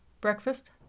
Breakfast